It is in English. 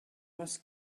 was